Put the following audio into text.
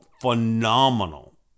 phenomenal